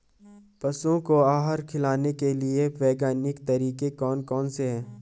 पशुओं को आहार खिलाने के लिए वैज्ञानिक तरीके कौन कौन से हैं?